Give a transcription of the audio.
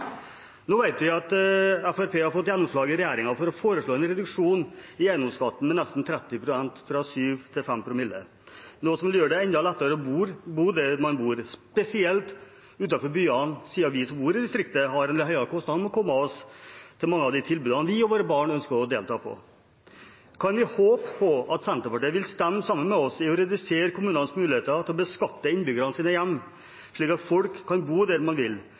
Nå vet vi at Fremskrittspartiet har fått gjennomslag i regjering for forslaget om en reduksjon av eiendomsskatten på nesten 30 pst., fra 7 promille til 5 promille, noe som vil gjøre det enda lettere å bo der man bor, spesielt utenfor byene, siden vi som bor i distriktene, har høyere kostnader for å komme oss til mange av de tilbudene vi og våre barn ønsker å delta i. Kan vi håpe på at Senterpartiet vil stemme sammen med oss for å redusere kommunenes muligheter til å beskatte innbyggernes hjem, slik at folk kan bo der de vil?